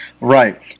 Right